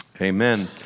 Amen